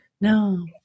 No